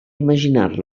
imaginar